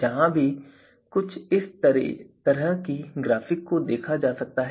यहां भी कुछ इसी तरह का ग्राफिक देखा जा सकता है